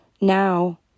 Now